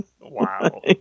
Wow